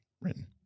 written